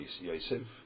Yosef